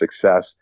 success